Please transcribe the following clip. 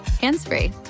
hands-free